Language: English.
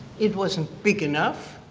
it wasn't big enough.